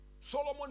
Solomon